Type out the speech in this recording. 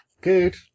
Good